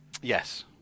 Yes